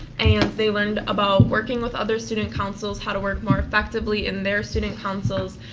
and they learned about working with other student councils, how to work more effectively in their student councils.